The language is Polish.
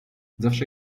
zawsze